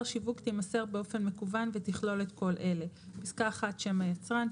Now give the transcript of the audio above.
שיווק תימסר באופן מקוון ותכלול את כל אלה: שם היצרן.